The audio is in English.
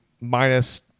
minus